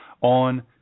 on